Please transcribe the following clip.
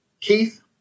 Keith